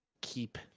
keep